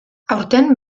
aurten